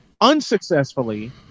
unsuccessfully